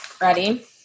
ready